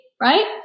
right